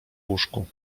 łóżku